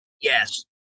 Yes